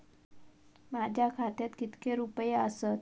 माझ्या खात्यात कितके रुपये आसत?